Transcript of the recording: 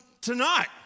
tonight